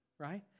right